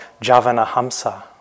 Javanahamsa